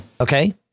okay